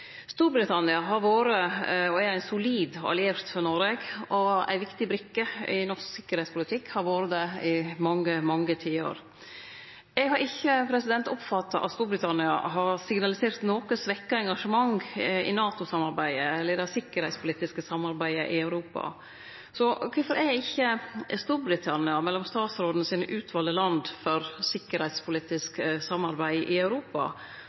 Storbritannia har vore og er ein solid alliert for Noreg og ei viktig brikke i norsk sikkerheitspolitikk – har vore det i mange, mange tiår. Eg har ikkje oppfatta at Storbritannia har signalisert noko svekt engasjement i NATO-samarbeidet eller i det sikkerheitspolitiske samarbeidet i Europa. Kvifor er ikkje Storbritannia mellom dei utvalde landa til utanriksministeren når det gjeld sikkerheitspolitisk samarbeid i Europa?